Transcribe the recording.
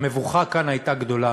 המבוכה כאן הייתה גדולה.